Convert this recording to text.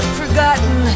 forgotten